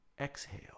exhale